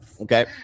Okay